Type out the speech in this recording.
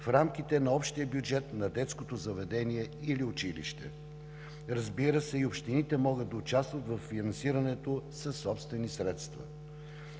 в рамките на общия бюджет на детското заведение или училище. Разбира се, и общините могат да участват във финансирането със собствени средства.